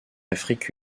afrique